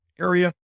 area